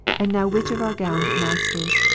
and now which of our gowned masters,